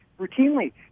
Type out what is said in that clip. routinely